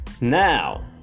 Now